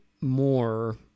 more